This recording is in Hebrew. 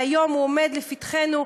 והיום הוא עומד לפתחנו,